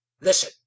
listen